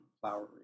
flowery